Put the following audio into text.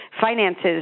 finances